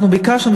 אנחנו ביקשנו,